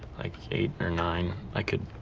like eight or nine, i could,